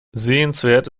sehenswert